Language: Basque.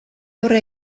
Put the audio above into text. aurre